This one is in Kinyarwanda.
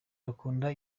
bakunda